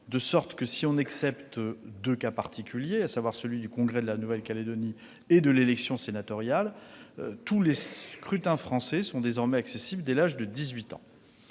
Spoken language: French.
de sorte que si l'on excepte les cas particuliers du Congrès de la Nouvelle-Calédonie et de l'élection sénatoriale, tous les scrutins français sont désormais accessibles dès l'âge de